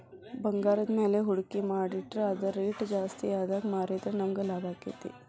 ಭಂಗಾರದ್ಮ್ಯಾಲೆ ಹೂಡ್ಕಿ ಮಾಡಿಟ್ರ ಅದರ್ ರೆಟ್ ಜಾಸ್ತಿಆದಾಗ್ ಮಾರಿದ್ರ ನಮಗ್ ಲಾಭಾಕ್ತೇತಿ